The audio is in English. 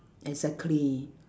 exactly